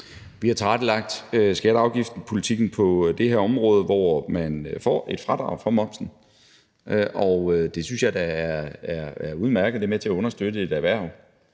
Vi har tilrettelagt skatte- og afgiftspolitikken på det her område, hvor man får et fradrag for momsen, og det synes jeg da er udmærket. Det er med til at understøtte et erhverv.